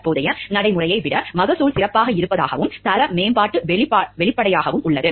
தற்போதைய நடைமுறையை விட மகசூல் சிறப்பாக இருப்பதாகவும் தர மேம்பாடு வெளிப்படையாகவும் உள்ளது